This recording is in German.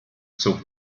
zog